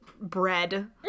bread